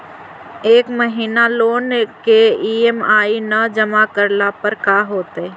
एक महिना लोन के ई.एम.आई न जमा करला पर का होतइ?